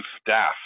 staff